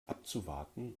abzuwarten